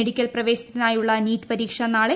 medical പ്രൂവേശനത്തിനായുള്ള NEET പരീക്ഷ നാളെ